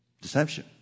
Deception